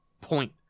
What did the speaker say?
point